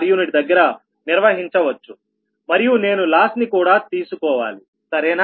uదగ్గర నిర్వహించవచ్చు మరియు నేను లాస్ ని కూడా తీసుకోవాలి సరేనా